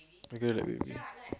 I get that baby